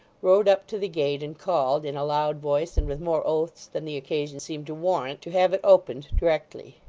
rode up to the gate, and called in a loud voice and with more oaths than the occasion seemed to warrant to have it opened directly.